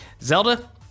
zelda